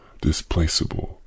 displaceable